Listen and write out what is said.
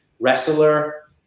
Wrestler